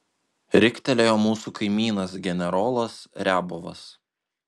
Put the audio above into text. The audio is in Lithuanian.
riktelėjo mūsų kaimynas generolas riabovas